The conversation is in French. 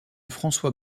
françois